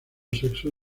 sexo